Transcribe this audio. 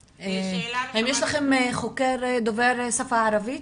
האם יש לכם חוקר דובר השפה הערבית?